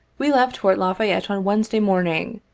we left fort la fayette on wednesday morning,